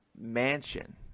mansion